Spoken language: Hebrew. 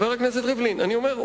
אני אומר,